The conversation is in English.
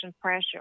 pressure